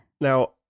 Now